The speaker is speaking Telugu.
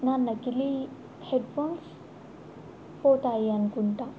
నా నకిలి హెడ్ఫోన్స్ పోతాయి అనుకుంటాను